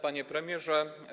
Panie Premierze!